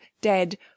dead